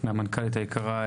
מהמנכ"לית היקרה,